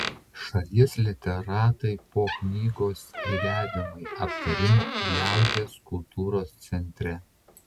šalies literatai po knygos eiliavimai aptarimo liaudies kultūros centre